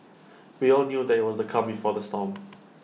we all knew that IT was the calm before the storm